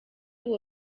uwo